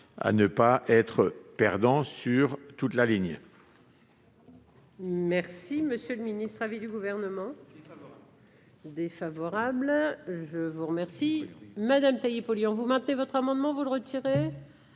à ne pas être perdants sur toute la ligne.